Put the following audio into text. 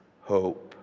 hope